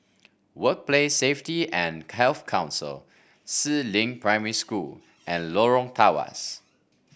Workplace Safety and Health Council Si Ling Primary School and Lorong Tawas